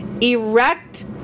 Erect